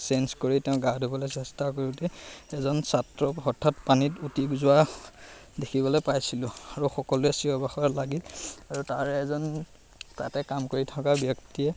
change কৰি তেওঁ গা ধুবলৈ চেষ্টা কৰোঁতে এজন ছাত্ৰ হঠাৎ পানীত উটি যোৱা দেখিবলৈ পাইছিলোঁ আৰু সকলোৱে চিঞৰ বাখৰ লাগি আৰু তাৰে এজন তাতে কাম কৰি থকা ব্যক্তিয়ে